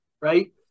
right